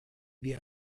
wir